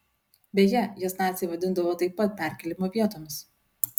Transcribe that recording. beje jas naciai vadindavo taip pat perkėlimo vietomis